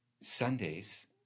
Sundays